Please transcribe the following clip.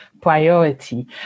priority